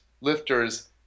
lifters